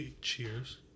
Cheers